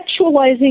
sexualizing